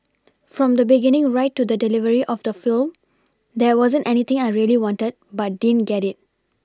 from the beginning right to the delivery of the film there wasn't anything I really wanted but didn't get it